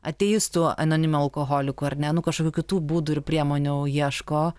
ateistų anoniminių alkoholikų ar ne nu kažkokių kitų būdų ir priemonių ieško